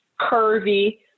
curvy